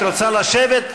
את רוצה לשבת?